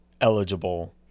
eligible